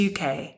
UK